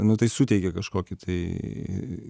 nu tai suteikė kažkokį tai